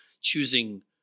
Choosing